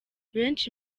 benshi